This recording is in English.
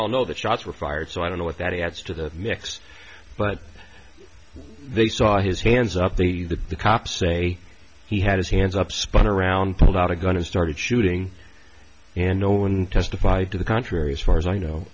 all know that shots were fired so i don't know what that he adds to the mix but they saw his hands up the the the cops say he had his hands up spun around pulled out a gun and started shooting and no one testified to the contrary as far as i know